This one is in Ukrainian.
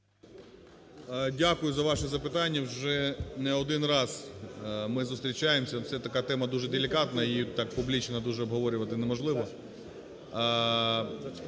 Дякую за ваше запитання. Вже не один раз ми зустрічаємося, ну, це така тема, дуже делікатна, її так публічно дуже обговорювати неможливо.